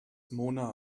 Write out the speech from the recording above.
mona